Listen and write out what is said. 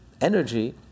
energy